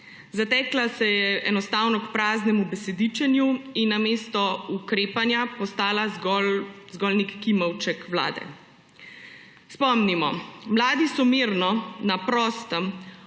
Zatekla se je enostavno k praznemu besedičenju in namesto ukrepanja postala zgolj nek kimavček Vlade. Spomnimo, mladi so mirno, na prostem,